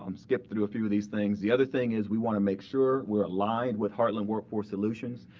um skip through a few of these things. the other thing is we want to make sure we're aligned with heartland work force solutions.